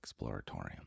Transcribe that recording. Exploratorium